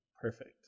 Perfect